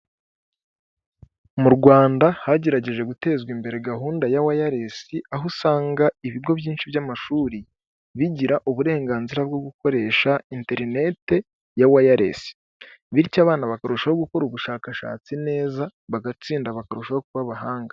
Mu Rwanda hagerageje gutezwa imbere gahunda ya wayaresi, aho usanga ibigo byinshi by'amashuri bigira uburenganzira bwo gukoresha interineti ya wayaresi, bityo abana bakarushaho gukora ubushakashatsi neza bagatsinda bakarushaho kuba abahanga.